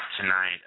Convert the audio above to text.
Tonight